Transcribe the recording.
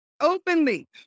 openly